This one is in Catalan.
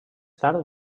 tard